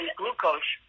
glucose